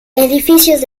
edificios